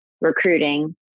recruiting